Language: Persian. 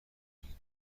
بگیرین